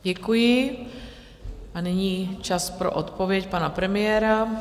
Děkuji a nyní čas pro odpověď pana premiéra.